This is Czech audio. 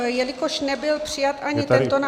Jelikož nebyl přijat ani tento návrh...